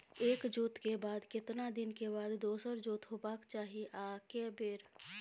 एक जोत के बाद केतना दिन के बाद दोसर जोत होबाक चाही आ के बेर?